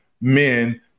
men